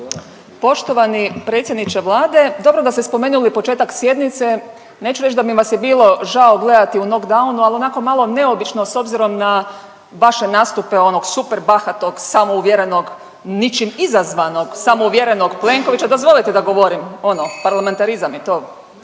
Poštovani predsjedniče Vlade, dobro da ste spomenuli početak sjednice, neću reći da mi vas je bilo žao gledati u nock downu ali onako malo neobično s obzirom na vaše nastupe onog super bahatog, samouvjerenog, ničim izazvanog samouvjerenog Plenkovića … …/Upadica se ne razumije./… … dozvolite da govorim, ono parlamentarizam je to,